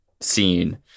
scene